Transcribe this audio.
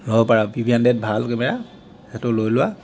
ল'ব পাৰা P V hundred ভাল কেমেৰা সেইটো লৈ লোৱা